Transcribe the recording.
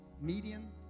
median